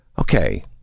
Okay